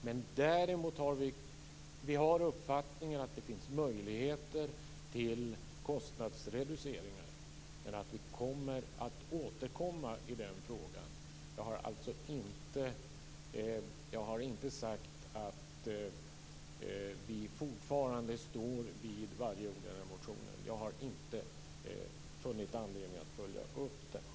Herr talman! Jag sade nyss och jag upprepar att jag inte har fullföljt motionen. Vi har uppfattningen att det finns möjligheter till kostnadsreduceringar. Vi kommer att återkomma i den frågan. Jag har inte sagt att vi fortfarande står fast vid varje ord i motionen. Jag har inte funnit anledning att följa upp den.